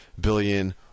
billion